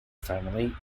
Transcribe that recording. family